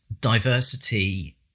diversity